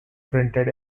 printed